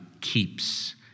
keeps